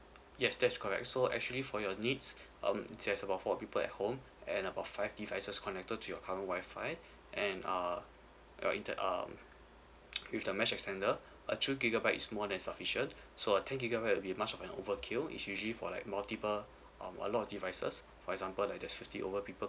yes that's correct so actually for your needs um there's about four people at home and about five devices connected to your current Wi-Fi and err your inter~ um with the mesh extender a two gigabyte is more than sufficient so a ten gigabyte will be much of an overkill is usually for like multiple um a lot of devices for example like there's fifty over people